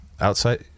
outside